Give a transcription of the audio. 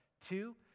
Two